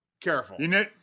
careful